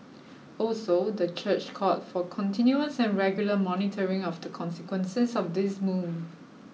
also the church called for continuous and regular monitoring of the consequences of this move